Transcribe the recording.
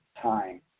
time